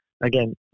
Again